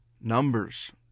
Numbers